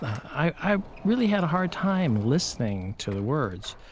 i really had a hard time listening to the words.